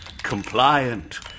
compliant